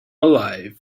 alive